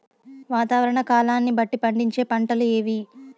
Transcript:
వాతావరణ కాలాన్ని బట్టి పండించే పంటలు ఏవి?